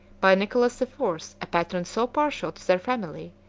by nicholas the fourth, a patron so partial to their family,